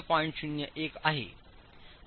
01 आहे